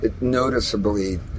noticeably